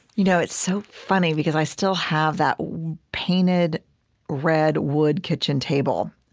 you know, it's so funny because i still have that painted red wood kitchen table